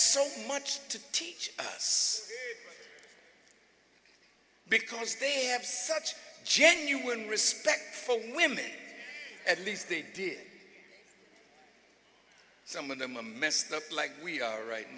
so much to teach us because they have such genuine respect for women at least they did some of them are messed up like we are right